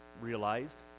realized